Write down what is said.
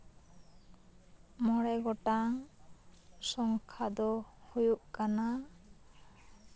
ᱢᱚᱬᱮ ᱜᱚᱴᱟᱝ ᱥᱚᱝᱠᱷᱟ ᱫᱚ ᱦᱩᱭᱩᱜ ᱠᱟᱱᱟ